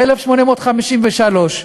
ב-1853,